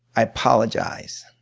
i apologize.